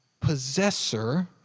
possessor